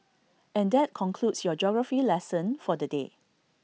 and that concludes your geography lesson for the day